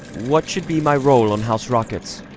what should be my role on house rockets?